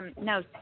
no